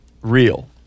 real